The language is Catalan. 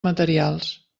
materials